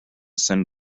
send